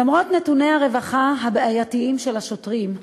למרות נתוני הרווחה הבעייתיים של השוטרים,